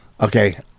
okay